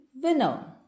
winner